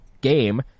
game